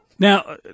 Now